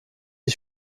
die